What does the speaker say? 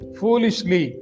foolishly